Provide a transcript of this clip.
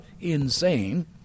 insane